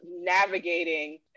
navigating